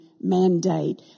mandate